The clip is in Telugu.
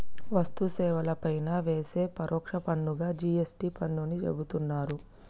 వస్తు సేవల పైన వేసే పరోక్ష పన్నుగా జి.ఎస్.టి పన్నుని చెబుతున్నరు